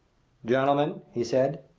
gentlemen, he said,